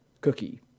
cookie